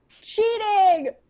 cheating